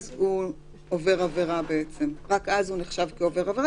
רק אז הוא נחשב כעובר עברה.